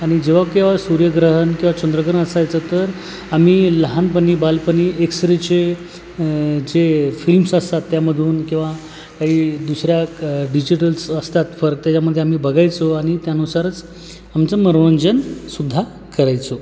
आणि जेव्हा केव्हा सूर्यग्रहण किंवा चंद्रग्रहण असायचं तर आम्ही लहानपणी बालपणी एक्सरेचे जे फिल्म्स असतात त्यामधून किंवा काही दुसऱ्या डिजिटल्स असतात फर त्याच्यामध्ये आम्ही बघायचो आणि त्यानुसारच आमचं मनोरंजन सुद्धा करायचो